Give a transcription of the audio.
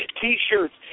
T-shirts